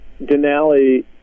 Denali